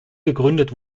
gegründet